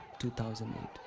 2008